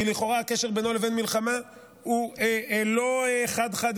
כי לכאורה הקשר בינו לבין מלחמה הוא לא חד-חד-ערכי,